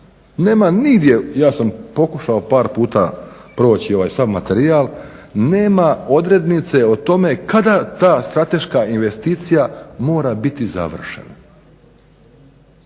nema nigdje, ja sam pokušao par puta proći ovaj sav materijal, nema odrednice o tome kada ta strateške investicija mora biti završena?